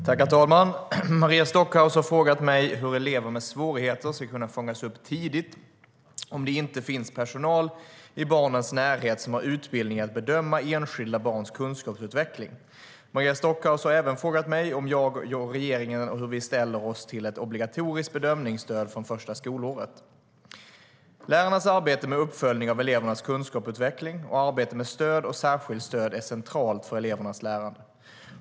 Herr talman! Maria Stockhaus har frågat mig hur elever med svårigheter ska kunna fångas upp tidigt om det inte finns personal i barnens närhet som har utbildning i att bedöma enskilda barns kunskapsutveckling. Maria Stockhaus har även frågat mig hur jag och regeringen ställer oss till ett obligatoriskt bedömningsstöd från första skolåret. Lärarnas arbete med uppföljning av elevernas kunskapsutveckling och arbete med stöd och särskilt stöd är centralt för elevernas lärande.